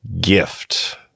gift